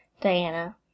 Diana